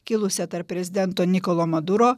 kilusią tarp prezidento nikolo maduro